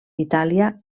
itàlia